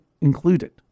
included